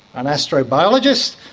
an astrobiologist,